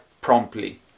promptly